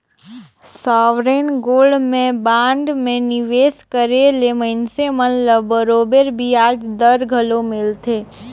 sovereign gold में bond में निवेस करे ले मइनसे मन ल बरोबेर बियाज दर घलो मिलथे